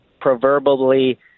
proverbially